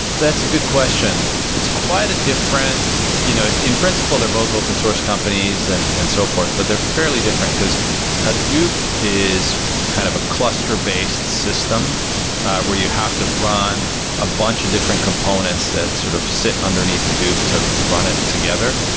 that's a good question. it's quite a different you know in principle, they're both open source companies and and so forth, but they're fairly different, because hadoop is kind of a cluster based system where you have to run a bunch of different components that sort of sit underneath hadoop to run it together.